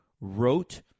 wrote